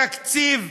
התקציב,